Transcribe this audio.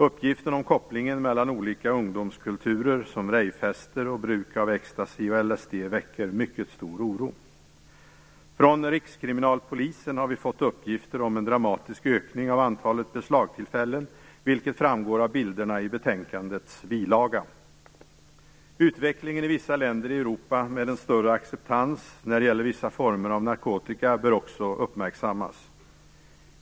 Uppgifterna om kopplingen mellan olika ungdomskulturer som rejvfester och bruk av ecstasy och LSD väcker mycket stor oro. Från rikskriminalpolisen har vi fått uppgifter om en dramatisk ökning av antalet beslagstillfällen, vilket framgår av bilderna i betänkandets bilaga. Utvecklingen i vissa länder i Europa, med en större acceptans när det gäller vissa former av narkotika, bör också uppmärksammas.